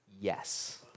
Yes